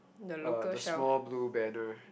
uh the small blue banner